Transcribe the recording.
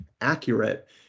accurate